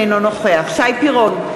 אינו נוכח שי פירון,